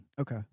Okay